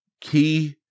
key